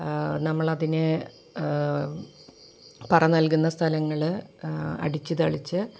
നമ്മളതിന് പറ നൽകുന്ന സ്ഥലങ്ങൾ അടിച്ച് തളിച്ച്